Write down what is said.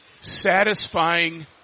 satisfying